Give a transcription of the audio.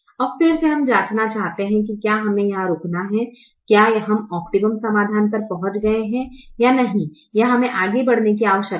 अब फिर से हम जाँचना चाहते हैं कि क्या हमें यहाँ रुकना है क्या हम ओप्टिमम समाधान पर पहुंच गये है या नहीं या हमें आगे बढ़ने की आवश्यकता है